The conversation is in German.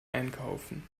einkaufen